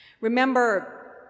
Remember